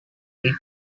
did